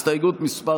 הסתייגות מס'